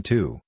Two